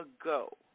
ago